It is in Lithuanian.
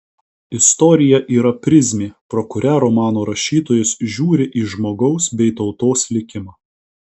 istorija yra prizmė pro kurią romano rašytojas žiūri į žmogaus bei tautos likimą